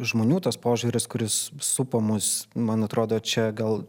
žmonių tas požiūris kuris supo mus man atrodo čia gal